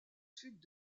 sud